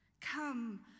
Come